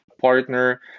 partner